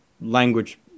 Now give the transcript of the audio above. language